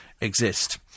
exist